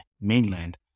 mainland